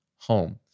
home